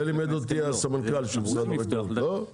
זה לימד אותי הסמנכ"ל של משרד החקלאות.